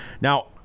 Now